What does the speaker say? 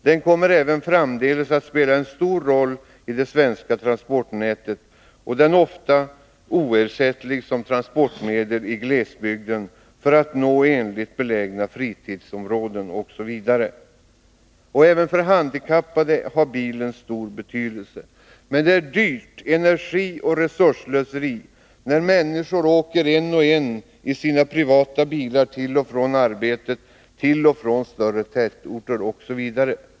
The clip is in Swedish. Den kommer även framdeles att spela en stor roll i det svenska transportnätet, och den är ofta oersättlig som transportmedel i glesbygden för att nå ensligt belägna fritidsområden osv. Även för handikappade har bilen stor betydelse. Men det är ett dyrbart energioch resursslöseri när människor åker en och en i sina privata bilar till och från arbetet, till och från större tätorter osv.